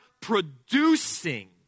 producing